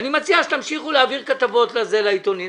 ואני מציע שתמשיכו להעביר כתבות לעיתונים.